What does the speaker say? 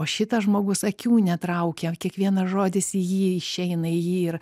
o šitas žmogus akių netraukia kiekvienas žodis į jį išeina į jį ir